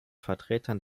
vertretern